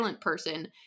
person